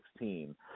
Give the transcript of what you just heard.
2016